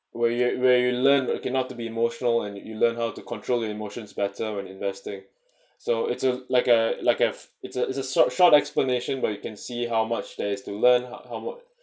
where you where you learn not to be emotional and you learn how to control your emotions better when investing so it's uh like uh like if it's a it's a short short explanation but you can see how much there is to learn how much